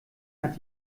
hat